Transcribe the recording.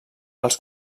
els